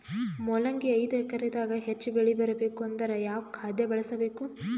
ಮೊಲಂಗಿ ಐದು ಎಕರೆ ದಾಗ ಹೆಚ್ಚ ಬೆಳಿ ಬರಬೇಕು ಅಂದರ ಯಾವ ಖಾದ್ಯ ಬಳಸಬೇಕು?